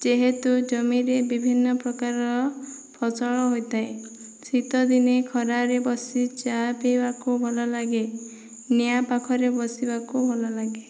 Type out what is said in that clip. ଯେହେତୁ ଜମିରେ ବିଭିନ୍ନପ୍ରକାର ଫସଲ ହୋଇଥାଏ ଶୀତଦିନେ ଖରାରେ ବସି ଚା ପିଇବାକୁ ଭଲ ଲାଗେ ନିଆଁ ପାଖରେ ବସିବାକୁ ଭଲ ଲାଗେ